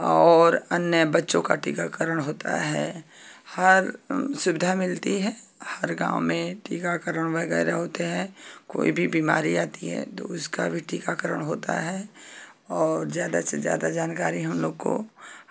और अन्य बच्चों का टीकाकरण होता है हर सुविधा मिलती है हर गाँव में टीकाकरण वगैरह होते हैं कोई भी बीमारी आती है तो उसका भी टीकाकरण होता है और ज्यादा से ज्यादा जानकारी हम लोग को